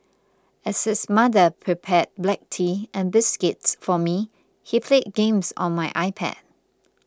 as his mother prepared black tea and biscuits for me he played games on my iPad